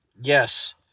Yes